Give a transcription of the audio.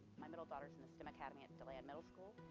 my middle daughter's in the stem academy at and deland middle school,